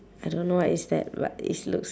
I don't know what is that but it's looks